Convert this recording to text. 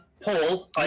Paul